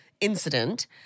incident